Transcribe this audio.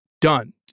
Done